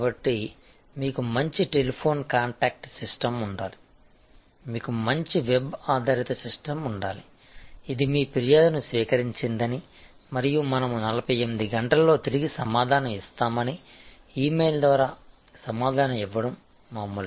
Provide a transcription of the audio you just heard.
కాబట్టి మీకు మంచి టెలిఫోన్ కాంటాక్ట్ సిస్టమ్ ఉండాలి మీకు మంచి వెబ్ ఆధారిత సిస్టమ్ ఉండాలి ఇది మీ ఫిర్యాదును స్వీకరించిందని మరియు మనము 48 గంటల్లో తిరిగి సమాధానం ఇస్తామని ఇమెయిల్ ద్వారా సమాధానం ఇవ్వడం మామూలే